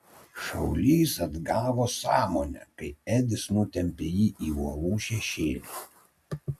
šaulys atgavo sąmonę kai edis nutempė jį į uolų šešėlį